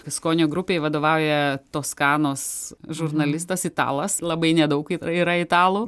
skonio grupei vadovauja toskanos žurnalistas italas labai nedaug kaip yra italų